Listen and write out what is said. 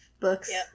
books